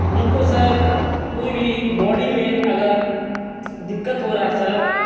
ہم کو سر کوئی بھی باڈی میں اگر دقت ہوگا سر